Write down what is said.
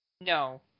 No